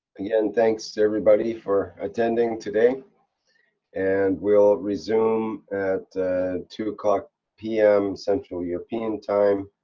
again thanks to everybody for attending today and we'll resume at two a clock pm, central european time.